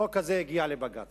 החוק הזה הגיע לבג"ץ.